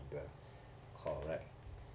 ya correct